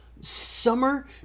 Summer